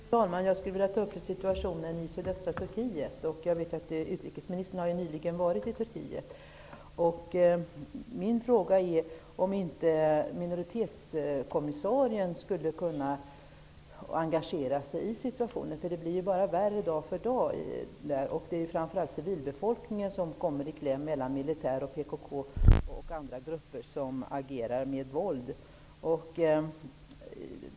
Fru talman! Jag skulle vilja ta upp situationen i sydöstra Turkiet. Jag vet att utrikesministern nyligen har varit i Turkiet. Min fråga är om inte minoritetskommissarien skulle kunna engagera sig i situationen. Det blir ju bara värre dag för dag i Turkiet. Det är framför allt civilbefolkningen som kommer i kläm mellan militär och PKK och andra grupper som agerar med våld.